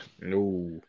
No